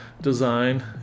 design